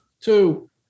two